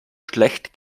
schlecht